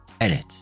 Edit